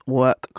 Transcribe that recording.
work